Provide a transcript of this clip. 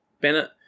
Bennett